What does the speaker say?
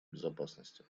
безопасности